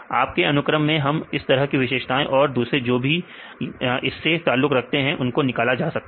आपके अनुक्रम से हम इस तरह की विशेषताएं और दूसरी जो कि इस से ताल्लुक रखते हैं उनको निकाला जा सकता है